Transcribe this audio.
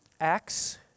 Acts